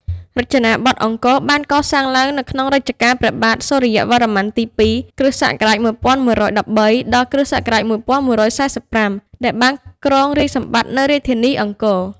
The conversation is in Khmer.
រចនាបថអង្គរបានកសាងឡើងនៅក្នុងរជ្ជកាលព្រះបាទសូរ្យវរ្ម័នទី ២ (គ.ស. ១១១៣ ដល់ គ.ស.១១៤៥) ដែលបានគ្រងរាជ្យសម្បត្តិនៅរាជធានីអង្គរ ។